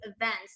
events